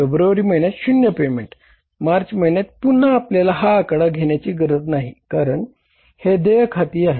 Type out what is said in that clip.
February महिन्यात शून्य payment मार्चच्या महिन्यात पुन्हा आपल्याला हा आकडा घेण्याची गरज नाही कारण हे देय खाती आहेत